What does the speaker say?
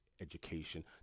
education